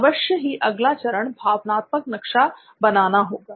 अवश्य ही अगला चरण भावनात्मक नक्शा बनाना होगा